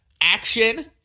Action